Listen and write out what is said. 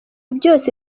byose